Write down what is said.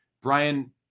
Brian